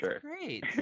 great